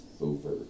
over